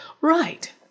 Right